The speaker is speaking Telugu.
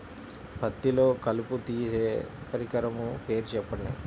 పత్తిలో కలుపు తీసే పరికరము పేరు చెప్పండి